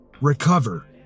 recover